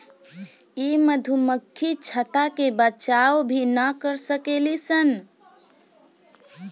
इ मधुमक्खी छत्ता के बचाव भी ना कर सकेली सन